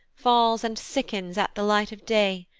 falls, and sickens at the light of day.